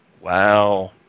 Wow